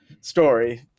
story